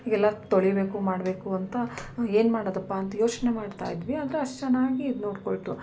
ಹೀಗೆಲ್ಲಾ ತೊಳಿಬೇಕು ಮಾಡಬೇಕು ಅಂತ ಏನು ಮಾಡೋದಪ್ಪಾ ಅಂತ ಯೋಚನೆ ಮಾಡ್ತಾಯಿದ್ವಿ ಆಗ ಅಷ್ಟು ಚೆನ್ನಾಗಿ ಇದು ನೋಡಿಕೊಳ್ತು